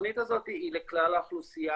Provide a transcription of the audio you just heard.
התוכנית הזאת היא לכלל האוכלוסייה,